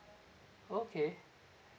okay